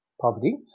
poverty